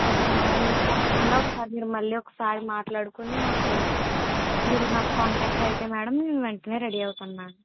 okay madam మీరు తప్పకుండా ఒకసారి మీరు మళ్ళీ ఒకసారి మాట్లాడుకుని మాకు మీరు నాకు కాంటాక్ట్ అయితే మేడం మేము వెంటనే రెడీ అవుతాం మేడం